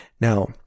Now